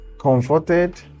comforted